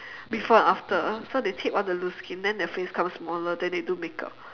before and after so they tape all the loose skin then their face becomes smaller then they do makeup